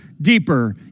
deeper